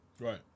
Right